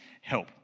help